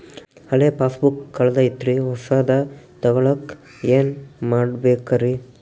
ಹಳೆ ಪಾಸ್ಬುಕ್ ಕಲ್ದೈತ್ರಿ ಹೊಸದ ತಗೊಳಕ್ ಏನ್ ಮಾಡ್ಬೇಕರಿ?